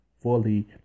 fully